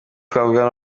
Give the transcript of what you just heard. twavuga